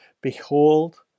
Behold